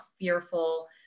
fearful